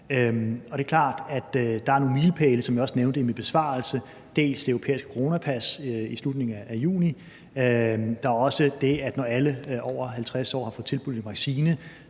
der er nogle milepæle, som jeg også nævnte i min besvarelse. Dels er der det europæiske coronapas i slutningen af juni, dels er der det tidspunkt, når alle over 50 år har fået tilbudt en vaccine,